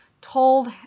told